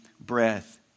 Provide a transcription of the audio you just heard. breath